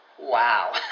wow